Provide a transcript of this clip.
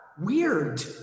Weird